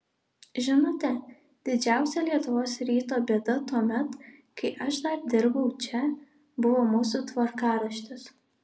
žinote didžiausia lietuvos ryto bėda tuomet kai aš dar dirbau čia buvo mūsų tvarkaraštis